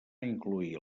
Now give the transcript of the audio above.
incloïa